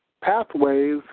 pathways